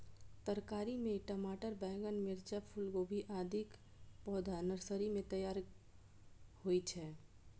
तरकारी मे टमाटर, बैंगन, मिर्च, फूलगोभी, आदिक पौधा नर्सरी मे तैयार होइ छै